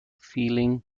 feeling